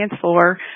floor